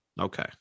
Okay